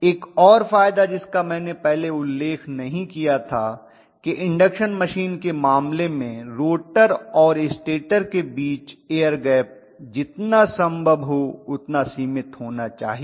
एक और फायदा जिसका मैंने पहले उल्लेख नहीं किया था कि इंडक्शन मशीन के मामले में रोटर और स्टेटर के बीच एयर गैप जितना संभव हो उतना सीमित होना चाहिए